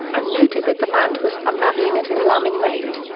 and noted that the band was unravelling at an alarming rate.